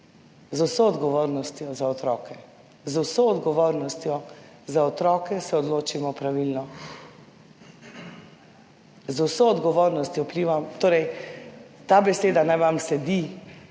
Z vso odgovornostjo za otroke! Z vso odgovornostjo za otroke se odločimo pravilno. Z vso odgovornostjo – ta beseda naj vam sedi,